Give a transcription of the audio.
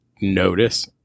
notice